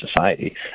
society